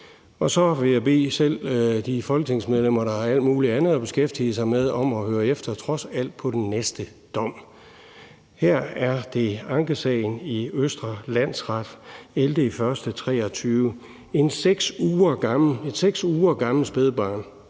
Så vil jeg bede selv de folketingsmedlemmer, der har alt muligt andet at beskæftige sig med, om trods alt at høre efter, hvad der er den næste dom, og her er det fra ankesagen i Østre Landsret af 11. januar 2023: Et 6 uger gammelt spædbarn